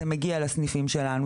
זה מגיע לסניפים שלנו,